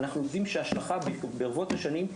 אנחנו יודעים שההשלכה ברבות השנים,